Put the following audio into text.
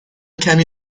کمی